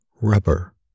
rubber